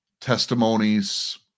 Testimonies